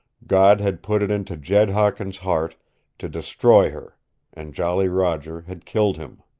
god had put it into jed hawkins' heart to destroy her and jolly roger had killed him!